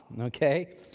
Okay